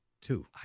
two